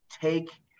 take